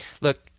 Look